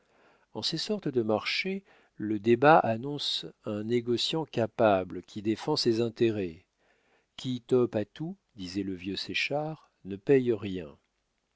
en ces sortes de marchés le débat annonce un négociant capable qui défend ses intérêts qui tope à tout disait le vieux séchard ne paye rien